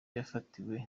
yafatiwe